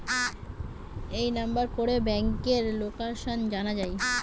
এই নাম্বার করে ব্যাংকার লোকাসান জানা যায়